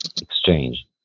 exchange